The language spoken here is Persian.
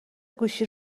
گوشی